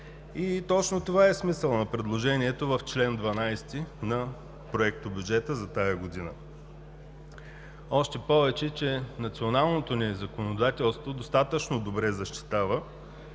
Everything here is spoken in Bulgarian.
точно това е смисълът на предложението в чл. 12 на Проектобюджета за тази година. Още повече, че националното ни законодателство достатъчно добре защитава